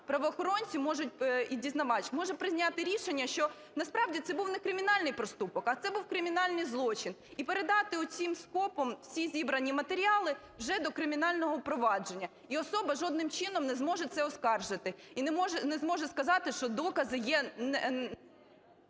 правоохоронці можуть, і дізнавач, можуть прийняти рішення, що насправді це був некримінальний проступок, а це був кримінальний злочин, і передати оцим скопом всі зібрані матеріали вже до кримінального провадження. І особа жодним чином не зможе це оскаржити, і не зможе сказати, що докази є…